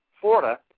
Florida